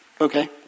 okay